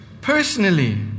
personally